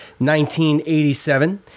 1987